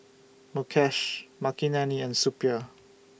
Mukesh Makineni and Suppiah